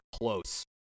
close